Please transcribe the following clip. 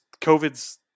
COVID's